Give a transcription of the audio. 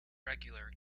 regular